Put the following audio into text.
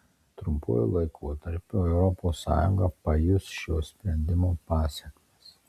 trumpuoju laikotarpiu europos sąjunga pajus šio sprendimo pasekmes